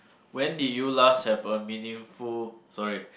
when did you last have a meaningful sorry